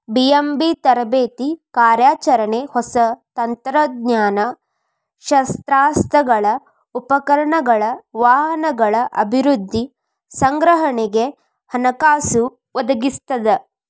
BMB ತರಬೇತಿ ಕಾರ್ಯಾಚರಣೆ ಹೊಸ ತಂತ್ರಜ್ಞಾನ ಶಸ್ತ್ರಾಸ್ತ್ರಗಳ ಉಪಕರಣಗಳ ವಾಹನಗಳ ಅಭಿವೃದ್ಧಿ ಸಂಗ್ರಹಣೆಗೆ ಹಣಕಾಸು ಒದಗಿಸ್ತದ